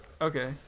Okay